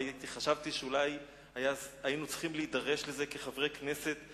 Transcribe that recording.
וחשבתי שאולי היינו צריכים להידרש לזה כחברי כנסת,